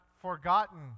forgotten